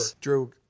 Drew